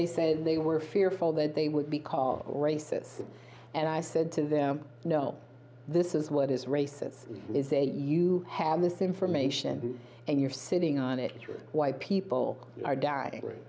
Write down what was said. they said they were fearful that they would be called races and i said to them no this is what is races is a you have this information and you're sitting on it why people are dying